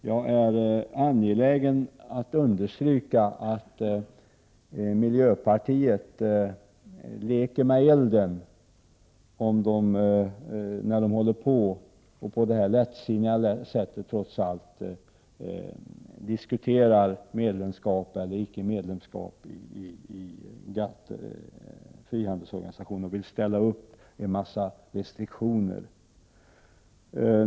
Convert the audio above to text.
Jag är angelägen att understryka att miljöpartisterna leker med elden när de på ett lättsinnigt sätt diskuterar medlemskap eller icke medlemskap i GATT och vill ställa upp en massa restriktioner.